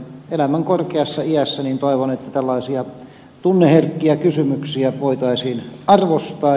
elämän korkeassa iässä toivon että tällaisia tunneherkkiä kysymyksiä voitaisiin arvostaa